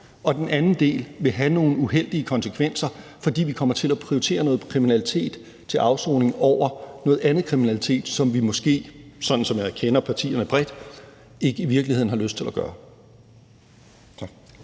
Og den anden del vil have nogle uheldige konsekvenser, fordi vi kommer til at prioritere noget kriminalitet til afsoning over noget andet kriminalitet, som vi måske, sådan som jeg kender partierne bredt, i virkeligheden ikke har lyst til at gøre.